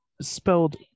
spelled